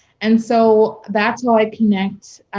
and so that's how i connect.